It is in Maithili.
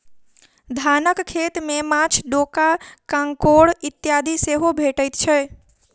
धानक खेत मे माँछ, डोका, काँकोड़ इत्यादि सेहो भेटैत छै